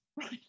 Right